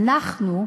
אנחנו,